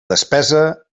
despesa